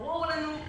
ברור לנו,